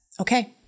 Okay